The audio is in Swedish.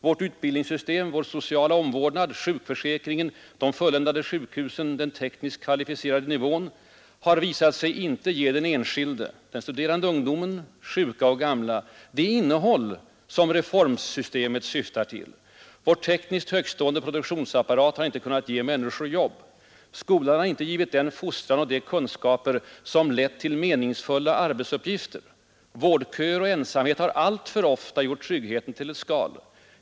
Vårt utbildningssystem, vår sociala omvårdnad, sjukförsäkringen, de fulländade sjukhusen, den tekniskt kvalificerade nivån har visat sig inte ge den enskilde den studerande ungdomen, sjuka och gamla det innehåll som reformsystemet syftade till. Vår tekniskt högtstående produktionsapparat har inte kunnat ge människor jobb. Skolan har inte givit den fostran och de kunskaper som lett till meningsfulla arbetsuppgifter 64 Vårdköer och ensamhet har alltför ofta gjort tryggheten till ett skal.